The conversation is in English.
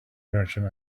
merchant